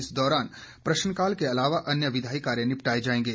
इस दौरान प्रश्नकाल के अलावा अन्य विधायी कार्य निपटाए जाएंगे